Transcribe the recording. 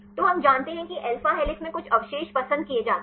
तो हम जानते हैं कि अल्फा हेलिक्स में कुछ अवशेष पसंद किए जाते हैं